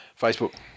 Facebook